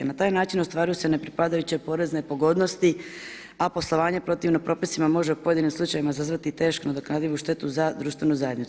Na taj način ostvaruju se nepripadajuće porezne pogodnosti, a poslovanje protivno propisima može u pojedinim slučajevima izazvati tešku i nenadoknadivu štetu za društvenu zajednicu.